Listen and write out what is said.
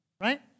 Right